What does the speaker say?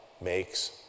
makes